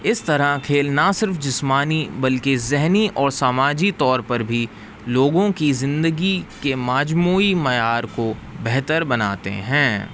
اس طرح کھیل نہ صرف جسمانی بلکہ ذہنی اور سماجی طور پر بھی لوگوں کی زندگی کے مجموعی معیار کو بہتر بناتے ہیں